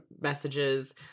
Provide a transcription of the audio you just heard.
messages